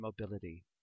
mobility